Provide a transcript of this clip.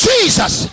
Jesus